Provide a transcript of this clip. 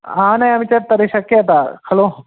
आनयामि चेत् तर्हि शक्यते खलु